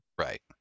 Right